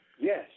Yes